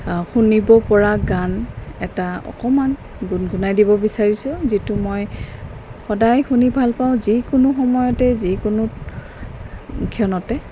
শুনিব পৰা গান এটা অকমান গুনগুনাই দিব বিচাৰিছোঁ যিটো মই সদায় শুনি ভাল পাওঁ যিকোনো সময়তে যিকোনো ক্ষণতে